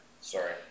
sorry